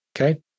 Okay